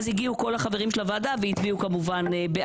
הגיעו כל החברים של הוועדה והצביעו בעד,